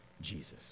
Jesus